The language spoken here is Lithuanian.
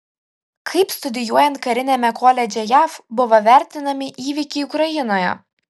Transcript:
kaip studijuojant kariniame koledže jav buvo vertinami įvykiai ukrainoje